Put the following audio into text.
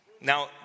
Now